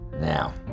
Now